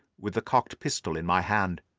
with the cocked pistol in my hand.